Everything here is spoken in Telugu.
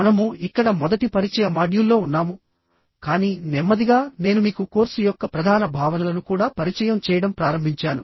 మనము ఇక్కడ మొదటి పరిచయ మాడ్యూల్లో ఉన్నాము కానీ నెమ్మదిగా నేను మీకు కోర్సు యొక్క ప్రధాన భావనలను కూడా పరిచయం చేయడం ప్రారంభించాను